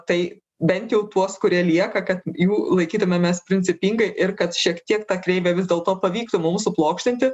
tai bent jau tuos kurie lieka kad jų laikytumėmės principingai ir kad šiek tiek tą kreivę vis dėlto pavyktų mums suplokštinti